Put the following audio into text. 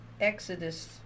Exodus